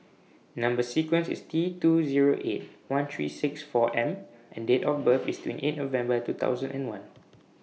Number sequence IS T two Zero eight one three six four M and Date of birth IS twenty eight November two thousand and one